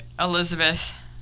Elizabeth